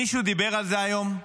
מישהו דיבר על זה היום?